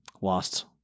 lost